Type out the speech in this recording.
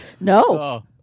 no